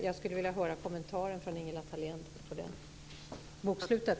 Jag skulle vilja höra en kommentar från Ingela Thalén till det bokslutet.